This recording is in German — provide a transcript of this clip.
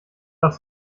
aufs